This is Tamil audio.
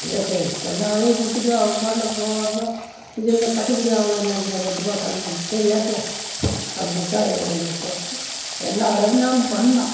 இதை கை சொன்ன விலைக்கு கொடுத்துட்டு அவன்பாட்டில் போவானுக இதெல்லாம் கட்டுப்படியாவலங்க இன்னும் ரெண்ட்ருபா கம்மிப்பண்ணு சரி ஏற்றுயா அப்படித்தான் சார் எங்கள் பொழப்பு எல்லா வேலையும் தான் பண்ணணும்